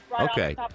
Okay